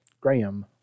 Graham